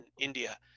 India